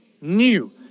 new